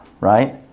right